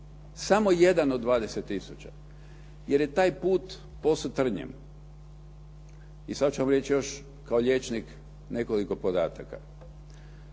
samo jedan od 20 tisuća, jer je taj put posut trnjem. I sada ću vam reći kao liječnik nekoliko podataka.